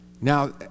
Now